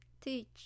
teach